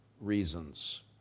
reasons